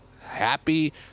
happy